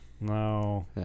No